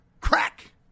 crack